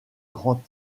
grands